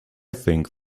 think